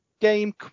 game